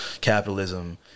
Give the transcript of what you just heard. Capitalism